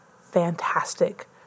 fantastic